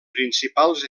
principals